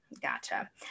Gotcha